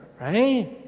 right